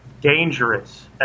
dangerous